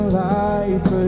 life